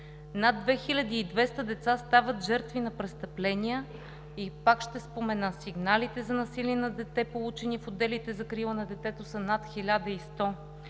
Над 2200 деца стават жертви на престъпления. Сигналите за насилие над дете, получени в отделите „Закрила на детето“, са над 1100.